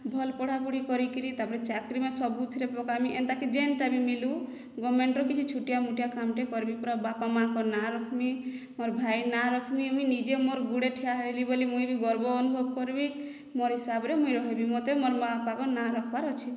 ଭଲ ପଢ଼ାପଢ଼ି କରିକିରି ତା ପରେ ଚାକିରିମା ସବୁଥିରେ ପକାବି ଏନ୍ତାକି ଯେନ୍ଟା ବି ମିଲୁ ଗମେଣ୍ଟର କିଛି ଛୋଟିଆ ମୋଟିଆ କାମ୍ଟେ କର୍ମି ପୁରା ବାପା ମାଆଙ୍କ ନାଁ ରଖ୍ମି ମୋର ଭାଇର ନା ରଖ୍ମି ମୁଇଁ ନିଜେ ମୋର ଗୁଡ଼େ ଠିଆ ହେଲି ବୋଲି ମୁଇଁ ବି ଗର୍ବ ଅନୁଭବ କରିବି ମୋର ହିସାବରେ ମୁଇଁ ରହିବି ମୋତେ ମୋର ମା ବାପାଙ୍କ ନାଁ ରଖ୍ବାର ଅଛେ